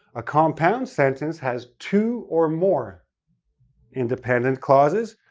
a compound sentence has two or more independent clauses,